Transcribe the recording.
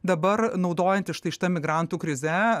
dabar naudojantis štai ta migrantų krizę